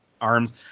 arms